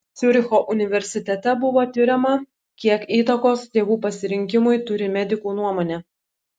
ciuricho universitete buvo tiriama kiek įtakos tėvų pasirinkimui turi medikų nuomonė